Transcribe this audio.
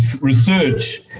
research